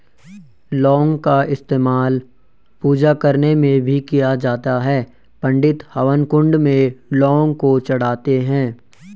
लौंग का इस्तेमाल पूजा करने में भी किया जाता है पंडित हवन कुंड में लौंग को चढ़ाते हैं